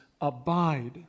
abide